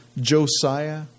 Josiah